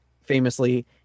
famously